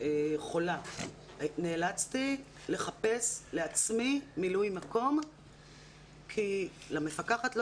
נאלצתי לחפש לעצמי מילוי מקום כי למפקחת לא